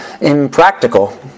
impractical